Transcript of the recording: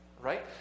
right